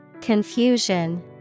Confusion